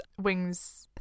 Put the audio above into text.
Wings